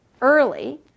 early